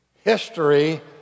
history